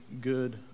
good